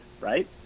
Right